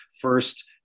First